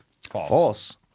False